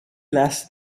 less